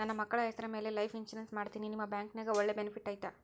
ನನ್ನ ಮಕ್ಕಳ ಹೆಸರ ಮ್ಯಾಲೆ ಲೈಫ್ ಇನ್ಸೂರೆನ್ಸ್ ಮಾಡತೇನಿ ನಿಮ್ಮ ಬ್ಯಾಂಕಿನ್ಯಾಗ ಒಳ್ಳೆ ಬೆನಿಫಿಟ್ ಐತಾ?